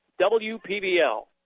WPBL